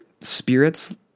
spirits